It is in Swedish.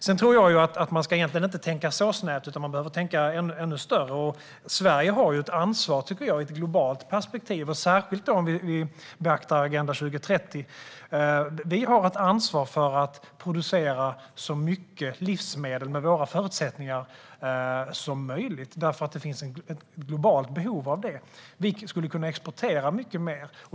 Sedan tror jag att man egentligen inte ska tänka så snävt, utan man behöver tänka större. Sverige har ett ansvar, tycker jag, i ett globalt perspektiv, särskilt om vi beaktar Agenda 2030. Vi har ett ansvar för att med våra förutsättningar producera så mycket livsmedel som möjligt, för det finns ett globalt behov av detta. Vi skulle kunna exportera mycket mer.